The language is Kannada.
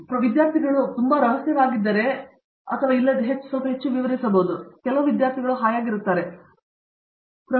ಈಗ ಕೆಲವು ವಿದ್ಯಾರ್ಥಿಗಳು ಬಹಳ ರಹಸ್ಯವಾಗಿದ್ದಾರೆ ಇಲ್ಲದಿದ್ದರೆ ಸ್ವಲ್ಪ ಹೆಚ್ಚು ವಿವರಿಸಬಹುದು ಆದರೆ ವಿದ್ಯಾರ್ಥಿಗಳು ಏನಾದರೂ ಹಾಯಾಗಿರುತ್ತಾರೆಯೇ ಪ್ರತಿದಿನವೂ ಇದನ್ನು ಮಾಡಲು ನಾನು ಬಯಸುತ್ತೇನೆ